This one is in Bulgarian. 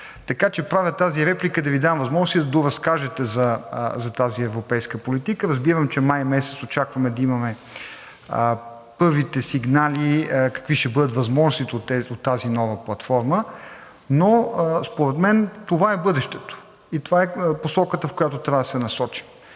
Така че правя тази реплика да Ви дам възможност и да доразкажете за тази европейска политика. Разбирам, че месец май очакваме да имаме първите сигнали какви ще бъдат възможностите от тази нова платформа. Но според мен това е бъдещето и това е посоката, в която трябва да се насочим